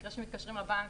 במקרה שמתקשרים לבנק,